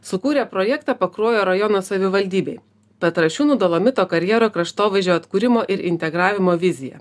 sukūrė projektą pakruojo rajono savivaldybėje petrašiūnų dolomito karjero kraštovaizdžio atkūrimo ir integravimo vizija